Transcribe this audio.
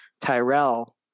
Tyrell